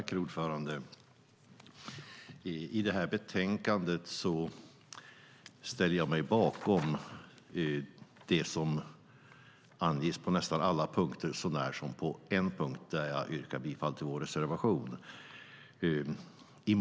Herr talman! I det här betänkandet ställer jag mig bakom det som anges på nästan alla punkter så när som på en punkt där jag yrkar bifall till vår reservation.